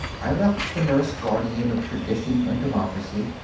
i left the nurse guardian of tradition and democracy,